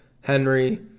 Henry